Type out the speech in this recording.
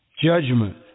judgment